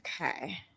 okay